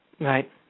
Right